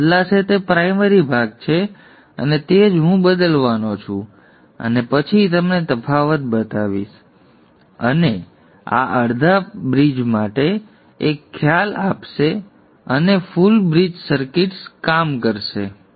જે બદલાશે તે પ્રાઇમરી ભાગ છે અને તે જ હું બદલવાનો છું અને પછી તમને તફાવત બતાવીશ અને આ અડધા પુલ માટે એક ખ્યાલ આપશે અને સંપૂર્ણ બ્રિજ સર્કિટ્સ કામ કરશે